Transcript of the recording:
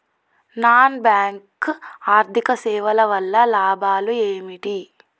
Non bank ఆర్థిక సేవల వల్ల కలిగే లాభాలు ఏమిటి?